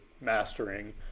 mastering